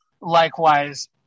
likewise